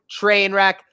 TRAINWRECK